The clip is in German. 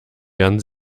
werden